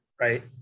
right